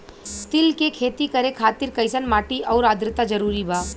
तिल के खेती करे खातिर कइसन माटी आउर आद्रता जरूरी बा?